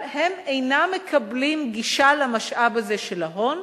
אינם מקבלים גישה למשאב הזה של ההון,